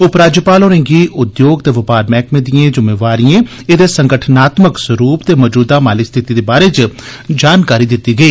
उपराज्यपाल होरें गी उद्योग ते बपार मैहकमे दिएं जुम्मेवारिएं एदे संगठनात्मक सरुप ते मजूदा माली स्थिति दे बारै च जानकारी दिती गेई